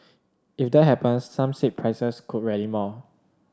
if that happens some said prices could rally more